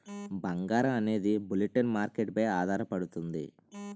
బంగారం అనేది bulletin market పై ఆధారపడుతుంది